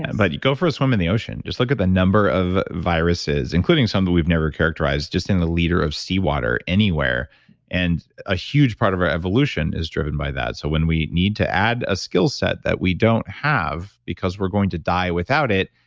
and but go for a swim in the ocean, just look at the number of viruses, including some that we've never characterized, just in a liter of seawater anywhere and a huge part of our evolution is driven by that. so when we need to add a skillset that we don't have because we're going to die without it,